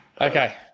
Okay